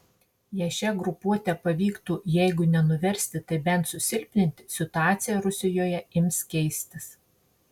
jei šią grupuotę pavyktų jeigu ne nuversti tai bent susilpninti situacija rusijoje ims keistis